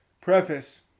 Preface